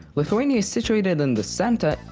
lithuania is situated in the center,